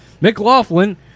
McLaughlin